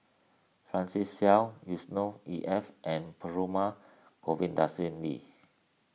Francis Seow Yusnor E F and Perumal Govindaswamy